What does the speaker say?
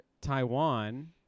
Taiwan